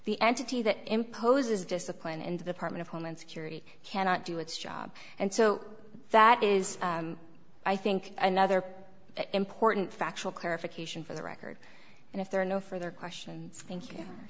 the entity that imposes discipline into the part of homeland security cannot do its job and so that is i think another important factual clarification for the record and if there are no further questions thank y